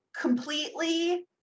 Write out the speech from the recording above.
completely